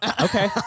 okay